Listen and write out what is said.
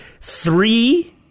three